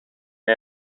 hij